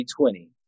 2020